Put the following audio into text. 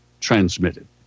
transmitted